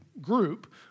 group